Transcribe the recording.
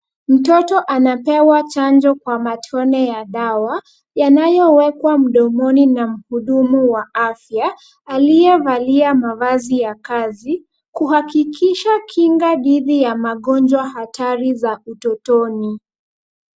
Mtoto anapewa chanjo kwa matone ya dawa, yanayowekwa mdomoni na mhudumu wa afya aliyevalia mavazi ya kazi, kuhakikisha kinga dhidi ya magonjwa hatari za utotoni.